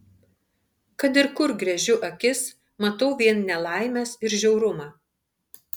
kad ir kur gręžiu akis matau vien nelaimes ir žiaurumą